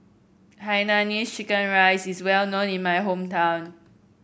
Hainanese Chicken Rice is well known in my hometown